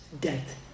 death